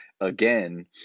again